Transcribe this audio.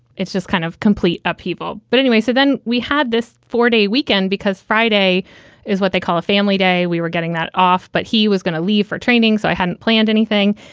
it's just kind of complete upheaval. but anyway, so then we had this four day weekend, because friday is what they call a family day. we were getting that off, but he was going to leave for training. so i hadn't planned anything.